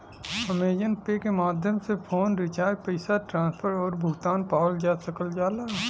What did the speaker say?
Amazon Pay के माध्यम से फ़ोन रिचार्ज पैसा ट्रांसफर आउर भुगतान पावल जा सकल जाला